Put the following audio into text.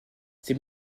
ses